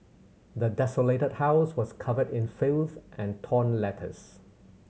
the desolated house was covered in filth and torn letters